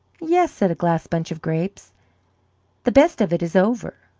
yes, said a glass bunch of grapes the best of it is over.